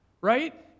right